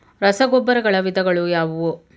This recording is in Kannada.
ರಸಗೊಬ್ಬರಗಳ ವಿಧಗಳು ಯಾವುವು?